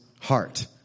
heart